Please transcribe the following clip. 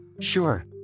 Sure